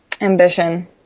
Ambition